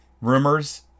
rumors